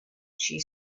she